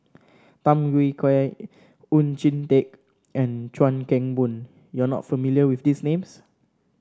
Tham Yui Kai Oon Jin Teik and Chuan Keng Boon you are not familiar with these names